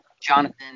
Jonathan